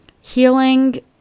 Healing